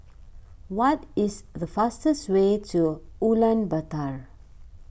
what is the fastest way to Ulaanbaatar